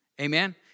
Amen